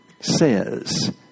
says